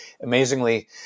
amazingly